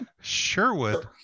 Sherwood